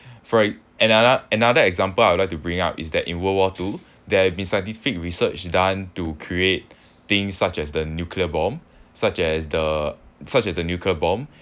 for another another example I'd like to bring up is that in world war two there have been scientific research done to create things such as the nuclear bomb such as the such as the nuclear bomb